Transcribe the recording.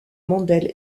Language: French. mandel